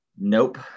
Nope